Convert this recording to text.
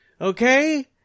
Okay